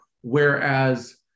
Whereas